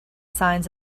signs